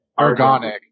Organic